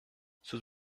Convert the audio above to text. sus